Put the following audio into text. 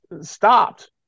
stopped